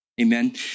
Amen